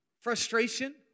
frustration